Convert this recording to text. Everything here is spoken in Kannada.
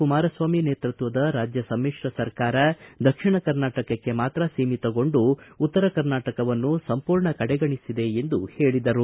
ಕುಮಾರ ಸ್ವಾಮಿ ನೇತೃತ್ವದ ರಾಜ್ಯ ಸಮಿತ್ರ ಸರ್ಕಾರ ದಕ್ಷಿಣ ಕರ್ನಾಟಕಕ್ಕೆ ಮಾತ್ರ ಸೀಮಿತಗೊಂಡು ಉತ್ತರ ಕರ್ನಾಟಕವನ್ನು ಸಂಪೂರ್ಣ ಕಡೆಗಣಿಸಿದೆ ಎಂದು ಹೇಳಿದರು